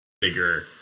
bigger